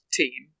team